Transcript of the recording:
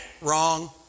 Wrong